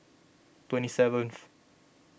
twenty seventh